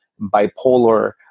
bipolar